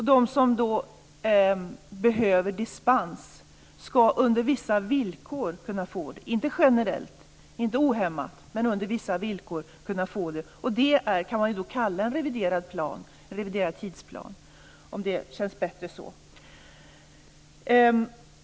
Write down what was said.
De som behöver dispens ska under vissa villkor kunna få det, inte generellt. Det kan kallas en reviderad tidsplan, om det känns bättre så.